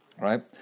right